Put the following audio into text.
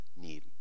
need